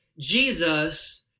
jesus